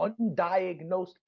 undiagnosed